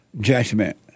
judgment